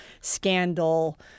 scandal